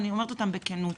אני אומרת אותם בכנות.